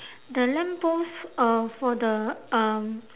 the lamp post um for the um